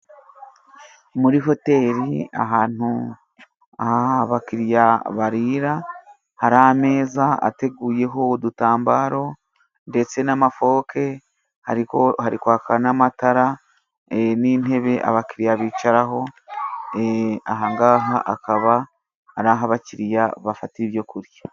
Muri hoteli ahantu abakiriya barira, hari ameza ateguyeho udutambaro ndetse n'amafoke, hari kwaka n'amatara n'intebe abakiriya bicaraho, ahangaha akaba ari aho abakiriya bafatira ibyo kurya.